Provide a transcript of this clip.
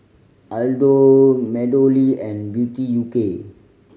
Aldo MeadowLea and Beauty U K